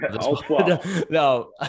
no